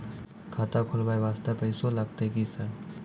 खाता खोलबाय वास्ते पैसो लगते की सर?